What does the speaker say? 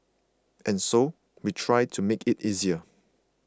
and so we try to make it easier